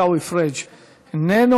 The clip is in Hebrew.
חבר הכנסת עיסאווי פריג' איננו.